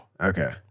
Okay